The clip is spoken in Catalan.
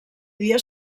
dia